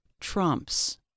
trumps